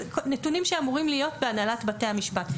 נתונים שאמורים להיות בהנהלת בתי המשפט.